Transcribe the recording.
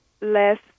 less